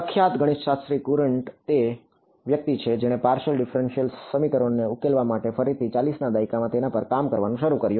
પ્રખ્યાત ગણિતશાસ્ત્રી કુરન્ટ તે વ્યક્તિ છે જેણે પાર્શિયલ ડિફફરેનશીયલ સમીકરણો ઉકેલવા માટે ફરીથી 40 ના દાયકામાં તેના પર કામ કરવાનું શરૂ કર્યું